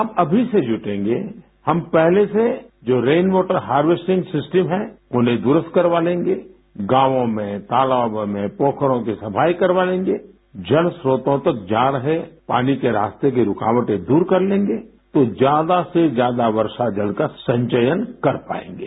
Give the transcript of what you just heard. हम अभी से जुटेंगे हम पहले से जो रेन वॉटर हारवेस्टिंग सिस्टम है उन्हें दुरुस्त करवा लेंगे गांवो में तालाबों में पोखरों की सफाई करवा लेंगे जलस्त्रोतों तक जा रहे पानी के रास्ते की रुकावटें दूर कर लेंगे तो ज्यादा से ज्यादा वर्षा जल का संचयन कर पायेंगे